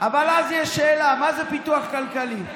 אבל אז יש שאלה: מה זה פיתוח כלכלי?